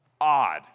odd